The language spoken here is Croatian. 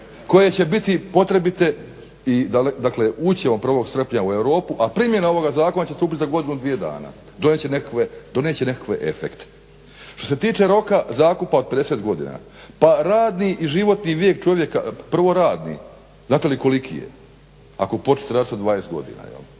koje će biti potrebite i dakle ući ćemo 1.srpnja u Europu a primjena ovog zakona će stupiti za godinu, dvije dana. Donijet će nekakve efekte. Što se tiče roka zakupa od 50 godina, pa radni životni vijek čovjeka, prvo radni znate li koliki je ako počnete raditi sa 20 godina? Manji